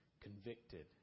convicted